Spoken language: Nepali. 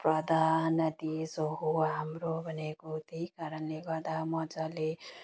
प्रदान हो हाम्रो भनेको त्यही कारणले गर्दा मजाले